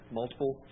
multiple